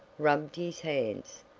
rubbed his hands,